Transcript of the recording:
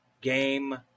Game